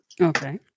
okay